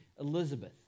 Elizabeth